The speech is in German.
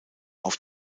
auf